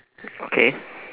okay